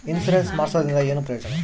Insurance ಮಾಡ್ಸೋದರಿಂದ ಏನು ಪ್ರಯೋಜನ?